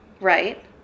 right